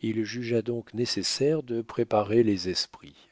il jugea donc nécessaire de préparer les esprits